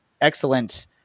excellent